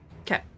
okay